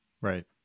Right